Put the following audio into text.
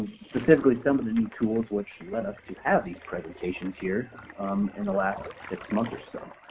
specifically some of the new tools which led us to have these presentations here in the last six months or so.